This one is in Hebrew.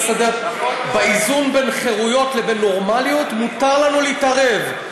באיזון בין חירויות לבין נורמליות מותר לנו להתערב.